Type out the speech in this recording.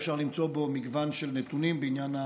ואפשר למצוא בו מגוון של נתונים בעניין המקרקעין.